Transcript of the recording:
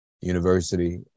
University